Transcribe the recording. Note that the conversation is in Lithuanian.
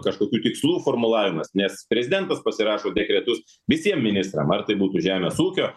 kažkokių tikslų formulavimas nes prezidentas pasirašo dekretus visiem ministram ar tai būtų žemės ūkio